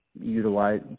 utilize